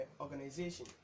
organization